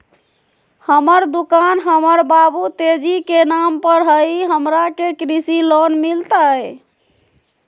हमर दुकान हमर बाबु तेजी के नाम पर हई, हमरा के कृषि लोन मिलतई?